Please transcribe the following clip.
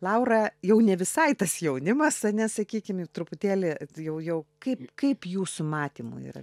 laura jau ne visai tas jaunimas ane sakykim jau truputėlį jau jau kaip kaip jūsų matymu yra